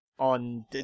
on